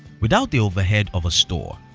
without the overhead of a store,